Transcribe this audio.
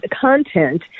Content